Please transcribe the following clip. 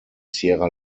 sierra